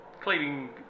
cleaning